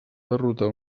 derrotar